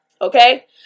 okay